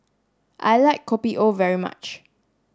I like Kopi O very much